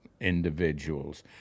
individuals